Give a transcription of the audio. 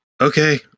okay